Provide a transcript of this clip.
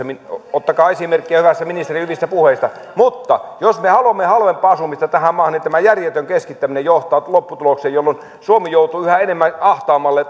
ottakaa esimerkkiä ministerin hyvistä puheista jos me haluamme halvempaa asumista tähän maahan niin tämä järjetön keskittäminen johtaa lopputulokseen jolloin suomi joutuu yhä enemmän ahtaammalle